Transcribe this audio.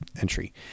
entry